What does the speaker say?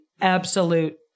absolute